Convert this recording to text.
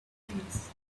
things